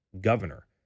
governor